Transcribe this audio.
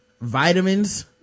vitamins